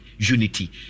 Unity